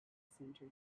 center